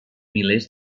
milers